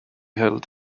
held